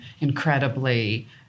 incredibly